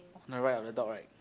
on the right of the dog right